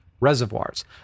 reservoirs